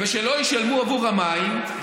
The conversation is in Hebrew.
וכשלא ישלמו עבור המים,